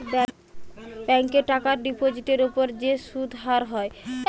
ব্যাংকে টাকার ডিপোজিটের উপর যে সুদের হার হয়